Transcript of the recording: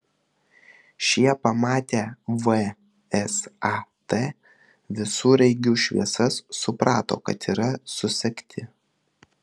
šie pamatę vsat visureigių šviesas suprato kad yra susekti